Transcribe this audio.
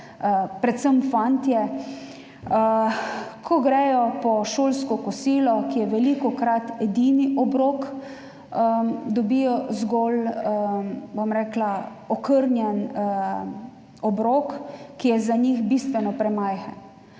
predvsem fantje, ko gredo po šolsko kosilo, ki je velikokrat edini obrok, dobijo zgolj, bom rekla, okrnjen obrok, ki je za njih bistveno premajhen.